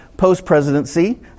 post-presidency